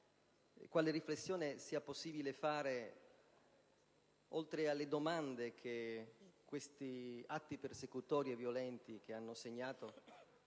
quale riflessione sia possibile fare oltre alle domande che gli atti persecutori e violenti che hanno segnato